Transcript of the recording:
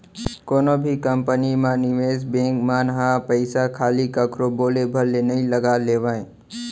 कोनो भी कंपनी म निवेस बेंक मन ह पइसा खाली कखरो बोले भर ले नइ लगा लेवय